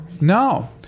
No